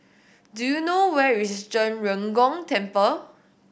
do you know where is Zhen Ren Gong Temple